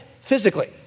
physically